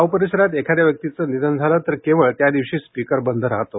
गाव परिसरात एखाद्या व्यक्तिचं निधन झालं तर केवळ त्या दिवशी स्पिकर बंद राहतो